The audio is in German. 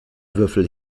würfel